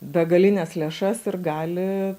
begalines lėšas ir gali